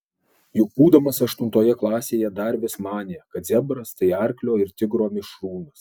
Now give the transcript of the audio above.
juk būdamas aštuntoje klasėje dar vis manė kad zebras tai arklio ir tigro mišrūnas